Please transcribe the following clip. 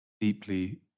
deeply